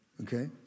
okay